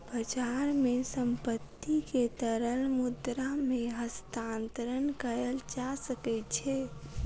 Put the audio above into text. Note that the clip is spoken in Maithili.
बजार मे संपत्ति के तरल मुद्रा मे हस्तांतरण कयल जा सकै छै